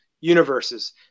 universes